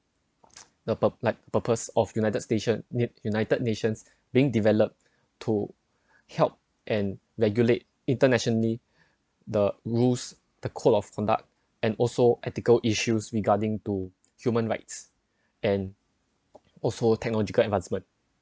the purp~ like purpose of united station near united nations being developed to help and regulate internationally the rules the code of conduct and also ethical issues regarding to human rights and also technological advancement